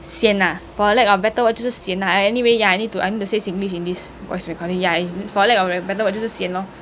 sian ah for a lack of better word 就是 sian ah uh anyway ya I need to I need to say singlish in this voice recording ya it's for a lack of bet~ better word 就是 sian lor